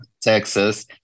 Texas